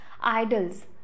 idols